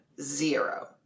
zero